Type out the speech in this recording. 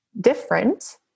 different